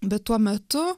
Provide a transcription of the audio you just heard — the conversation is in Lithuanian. bet tuo metu